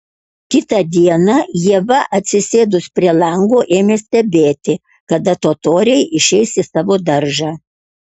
kitą dieną ieva atsisėdus prie lango ėmė stebėti kada totoriai išeis į savo daržą